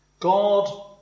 God